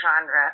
genre